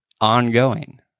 ongoing